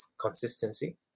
consistency